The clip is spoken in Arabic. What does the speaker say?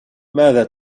ماذا